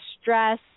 stress